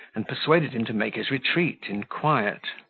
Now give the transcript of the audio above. and persuaded him to make his retreat in quiet.